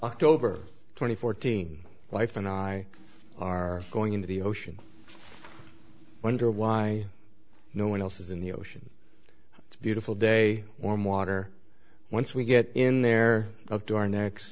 october twenty fourth thing life and i are going into the ocean wonder why no one else is in the ocean it's beautiful day warm water once we get in there up to our ne